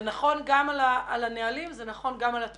זה נכון גם לגבי הנהלים וזה נכון גם לגבי התקצוב,